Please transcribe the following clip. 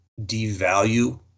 devalue